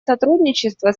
сотрудничество